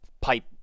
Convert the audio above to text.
pipe